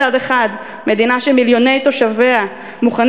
מצד אחד מדינה שמיליוני תושביה מוכנים